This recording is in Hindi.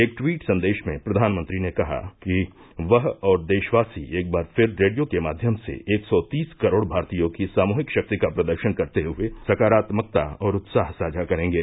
एक ट्वीट संदेश में प्रधानमंत्री ने कहा कि वह और देशवासी एक बार फिर रेडियो के माध्यम से एक सौ तीस करोड़ भारतीयों की सामूहिक शक्ति का प्रदर्शन करते हुए सकारात्मकता और उत्साह साझा करेंगे